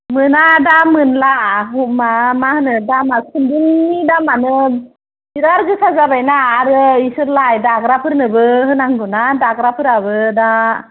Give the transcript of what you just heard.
मोना दा मोनला मा माहोनो दामा खुन्दुंनि दामानो बिराद गोसा जाबाय ना आरो इसोरलाय दाग्राफोरनोबो होनांगौना दाग्राफोराबो दा